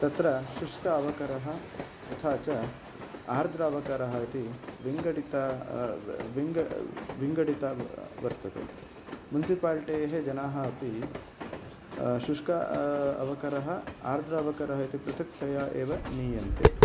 तत्र शुष्क अवकरः तथा च आर्द्र अवकरः इति भिङ्गटित वर्तते मुनिसिपालिटेः जनाः अपि शुष्क अवकरः आर्द्र अवकरः इति पृथक्तया एव नीयन्ते